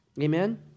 amen